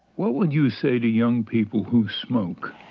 what would you say to young people who smoke?